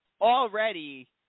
already